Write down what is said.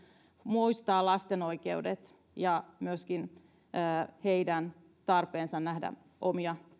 muistaa lasten oikeudet ja heidän tarpeensa nähdä omia